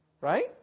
right